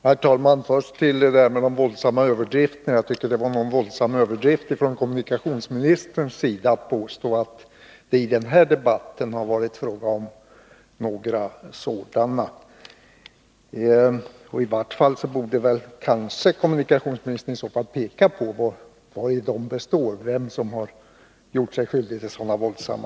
Herr talman! Först en kommentar till talet om de våldsamma överdrifterna. Jag tycker det var en våldsam överdrift av kommunikationsministern att påstå att det har varit fråga om några sådana i den här debatten. I varje fall borde väl kommunikationsministern ha angett vari de består och vem som har gjort sig skyldig till dem.